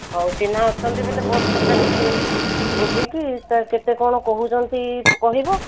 ହଉ ଚିହ୍ନା ଅଛନ୍ତି ବେଲେ ବସ୍ କଥା ଟିକେ ବୁଝିକି ତା'ର କେତେ କ'ଣ କହୁଛନ୍ତି କହିବ